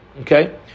Okay